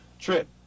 trip